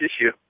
issue